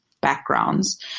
backgrounds